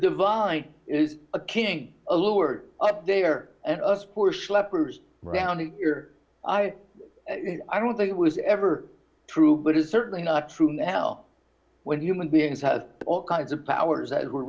divine is a king a lord up there and us push lepers round here i i don't think it was ever true but it's certainly not true now when human beings have all kinds of powers that we're